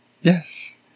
Yes